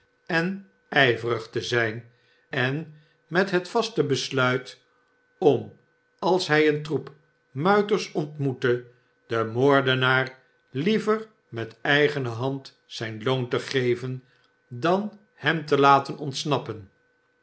en ijverig te zijn en met het vaste besluit om als hij een troep muiters ontmoette den moordenaar liever met eigene hand zijn loon te geven dan hem te laten ontsnappen